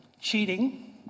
cheating